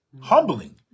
humbling